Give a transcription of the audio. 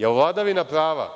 je vladavina prava